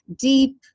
deep